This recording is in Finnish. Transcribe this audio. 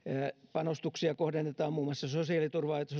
panostuksia kohdennetaan muun muassa sosiaaliturvaan sosiaali ja